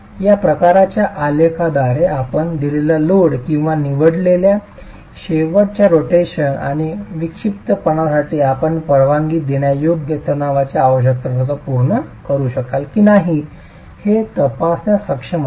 या प्रकारच्या आलेखाद्वारे आपण दिलेल्या लोड आणि निवडलेल्या शेवटच्या रोटेशन आणि विक्षिप्तपणासाठी आपण परवानगी देण्यायोग्य तणावाची आवश्यकता स्वतःच पूर्ण करू शकाल की नाही हे तपासण्यात सक्षम असाल